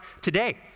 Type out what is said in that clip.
today